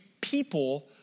people